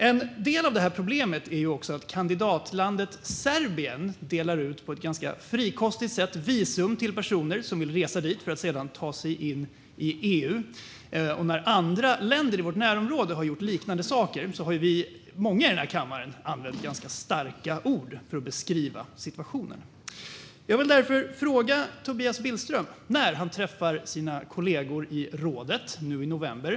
En del av problemet är att kandidatlandet Serbien på ett ganska frikostigt sätt delar ut visum till personer som vill resa dit för att sedan ta sig in i EU. När andra länder i vårt närområde har gjort liknande saker har många i den här kammaren använt ganska starka ord för att beskriva situationen. Tobias Billström kommer att träffa sina kollegor i rådet nu i november.